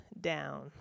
down